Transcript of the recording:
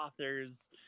authors